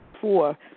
Four